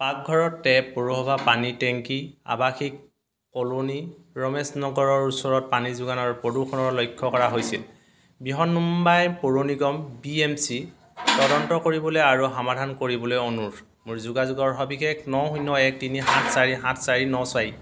পাকঘৰৰ টেপ পৌৰসভাৰ পানীৰ টেংকী আৱাসিক কলনী ৰমেশ নগৰৰ ওচৰত পানী যোগানৰ প্ৰদূষণৰ লক্ষ্য কৰা হৈছিল বৃহন্মুম্বাই পৌৰ নিগম বি এম চি তদন্ত কৰিবলৈ আৰু সমাধান কৰিবলৈ অনুৰোধ মোৰ যোগাযোগৰ সবিশেষ ন শূন্য এক তিনি সাত চাৰি সাত চাৰি ন চাৰি